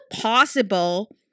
possible